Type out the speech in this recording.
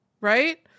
right